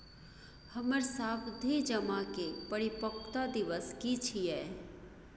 हमर सावधि जमा के परिपक्वता दिवस की छियै?